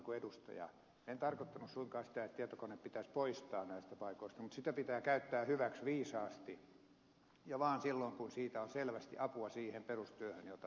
en tarkoittanut suinkaan sitä että tietokoneet pitäisi poistaa näistä paikoista mutta niitä pitää käyttää hyväksi viisaasti ja vain silloin kun niistä on selvästi apua siihen perustyöhön jota tehdään